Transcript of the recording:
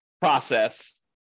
process